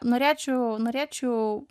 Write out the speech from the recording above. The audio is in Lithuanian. norėčiau norėčiau